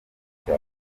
cya